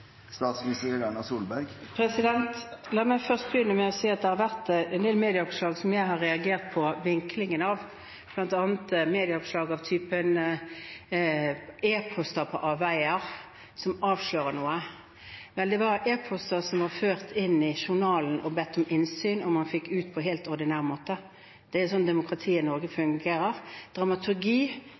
La meg først begynne med å si at det har vært en del medieoppslag der jeg har reagert på vinklingen, bl.a. medieoppslag av typen «E-poster på avveier» – som avslører noe. Det var e-poster som var ført inn i journalen, som man ba om innsyn i, og som man fikk ut på helt ordinær måte. Det er sånn demokratiet i Norge fungerer. Dramaturgi